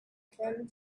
thin